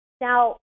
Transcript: Now